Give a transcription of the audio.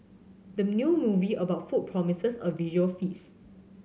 the new movie about food promises a visual feast